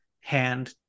hand